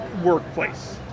workplace